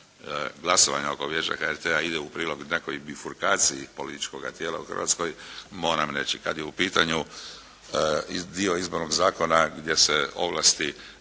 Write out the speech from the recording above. glasovanja oko Vijeća HRT-a ide u prilog nekoj bifurkanciji političkoga tijela u Hrvatskoj moram reći kad je u pitanju dio Izbornog zakona gdje se ovlasti